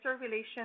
Relations